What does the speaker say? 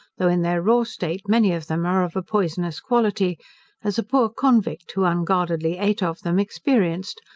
though in their raw state many of them are of a poisonous quality as a poor convict who unguardedly eat of them experienced,